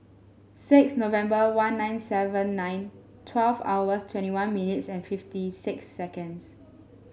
six November one nine seven nine twelve hours twenty one minutes and fifty six seconds